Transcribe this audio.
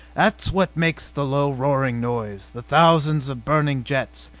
that's what makes the low roaring noise the thousands of burning jets.